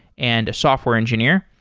and a software engineer,